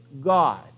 God